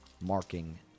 marking